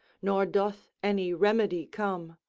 nor doth any remedy come.